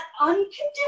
unconditional